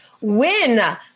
win